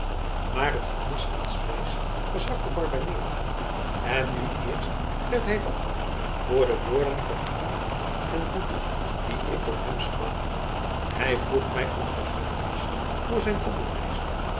maar het gemis aan spijs verzwakte barbanera en nu eerst werd hij vatbaar voor de woorden van vermaning en boete die ik tot hem sprak hij vroeg mij om vergiffenis voor zijn